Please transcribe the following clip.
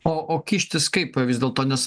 o o kištis kaip vis dėlto nes